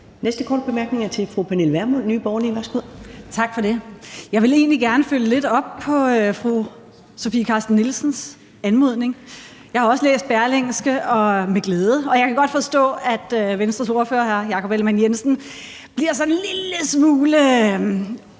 bemærkning er til fru Pernille Vermund, Nye Borgerlige. Værsgo. Kl. 11:07 Pernille Vermund (NB): Tak for det. Jeg vil egentlig gerne følge lidt op på fru Sofie Carsten Nielsens anmodning. Jeg har også læst Berlingske – med glæde – og jeg kan godt forstå, at Venstres ordfører, hr. Jakob Ellemann-Jensen, stiller sig sådan en lille smule